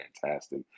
fantastic